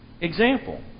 example